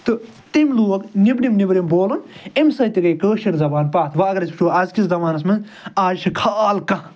تہٕ تَمہِ لوگ نٮ۪برِم نٮ۪برِم لوگُن اَمہِ سۭتۍ تہِ گٔے کٲشِر زَبان پَتھ وۄںۍ اَگر أسۍ وٕچھو اَزکِس زَمانَس منٛز آز چھُ خال کانہہ